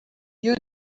you